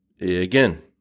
again